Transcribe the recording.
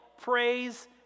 praise